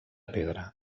pedra